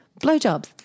blowjobs